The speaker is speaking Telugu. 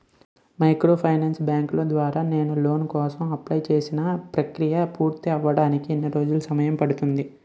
మైక్రోఫైనాన్స్ బ్యాంకుల ద్వారా నేను లోన్ కోసం అప్లయ్ చేసిన ప్రక్రియ పూర్తవడానికి ఎన్ని రోజులు పడుతుంది?